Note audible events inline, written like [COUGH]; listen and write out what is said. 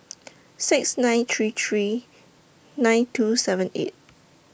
[NOISE] six nine three three nine two seven eight